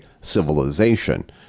civilization